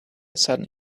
sudden